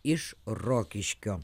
iš rokiškio